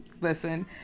Listen